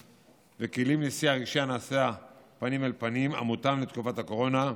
וכלים לשיח הרגשי הנעשה פנים אל פנים המותאם לתקופת הקורונה.